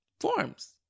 forms